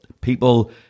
People